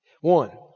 One